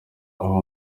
aho